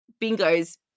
Bingo's